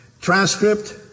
transcript